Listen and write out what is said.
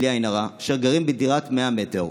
בלי עין הרע, שגרים בדירת 100 מטר.